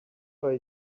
are